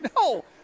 No